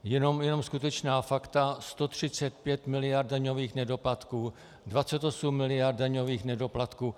Jenom skutečná fakta: 135 mld. daňových nedoplatků, 28 mld. daňových nedoplatků.